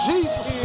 Jesus